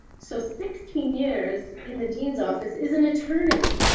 so sixteen years in the dean's office, is an eternity.